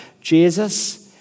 Jesus